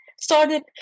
started